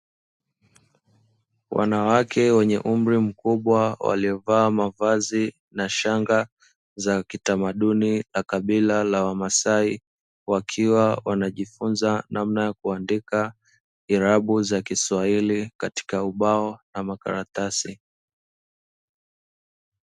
Wanawake wenye umri mkubwa, waliovaa mavazi na shanga za kitamaduni za kabila la wamasai, wakiwa wanajifunza namna ya kuandika irabu za kiswahili katika ubao ama karatasi.